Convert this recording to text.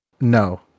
No